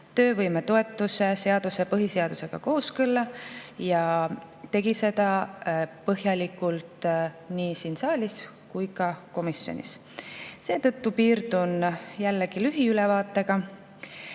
töövõimetoetuse seadus põhiseadusega kooskõlla ja ta tegi seda põhjalikult nii siin saalis kui ka komisjonis. Seetõttu piirdun jällegi lühiülevaatega.